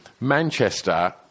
Manchester